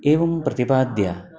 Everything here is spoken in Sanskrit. एवं प्रतिपाद्य